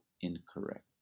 incorrect